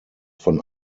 von